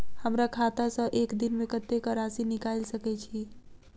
हमरा खाता सऽ एक दिन मे कतेक राशि निकाइल सकै छी